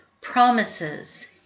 Promises